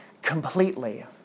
Completely